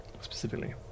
specifically